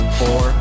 four